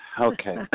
Okay